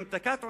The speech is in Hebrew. המתקת עונשים,